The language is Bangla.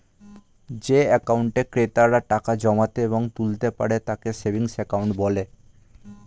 যে অ্যাকাউন্টে ক্রেতারা টাকা জমাতে এবং তুলতে পারে তাকে সেভিংস অ্যাকাউন্ট বলে